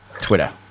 Twitter